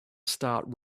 start